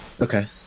Okay